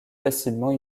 facilement